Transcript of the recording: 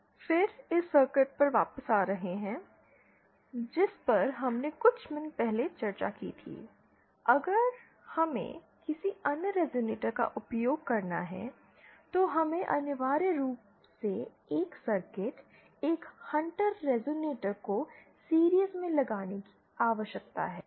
फिर इस सर्किट पर वापस आ रहे हैं जिस पर हमने कुछ मिनट पहले चर्चा की थी अगर हमें किसी अन्य रेज़ोनेटर का उपयोग करना है तो हमें अनिवार्य रूप से एक सर्किट एक हंटर रेज़ोनेटर को सीरिज़ में लगाने की आवश्यकता है